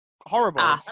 horrible